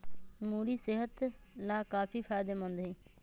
मूरी सेहत लाकाफी फायदेमंद हई